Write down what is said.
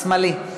משמאלי.